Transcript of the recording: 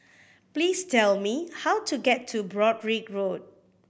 please tell me how to get to Broadrick Road